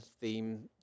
theme